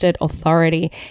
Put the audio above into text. authority